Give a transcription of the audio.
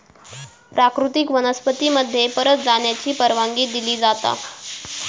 प्राकृतिक वनस्पती मध्ये परत जाण्याची परवानगी दिली जाता